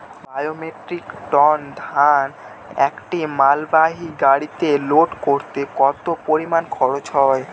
বারো metric ton ধান একটি মালবাহী গাড়িতে লোড করতে কতো পরিমাণ খরচা হয়?